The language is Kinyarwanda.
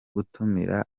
gutumira